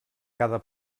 cada